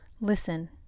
Listen